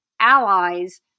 allies